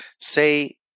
say